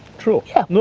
true. yeah,